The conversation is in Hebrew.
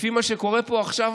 לפי מה שקורה פה עכשיו,